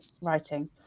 writing